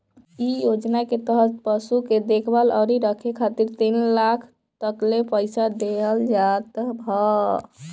इ योजना के तहत पशु के देखभाल अउरी रखे खातिर तीन लाख तकले पईसा देहल जात ह